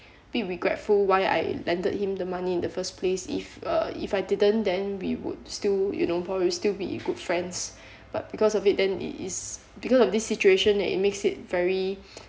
bit regretful why I lended him the money in the first place if uh if I didn't then we would still you know probably still be good friends but because of it then it is because of this situation and it makes it very